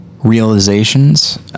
realizations